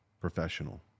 professional